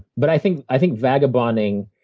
but i think i think vagabonding